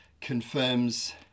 confirms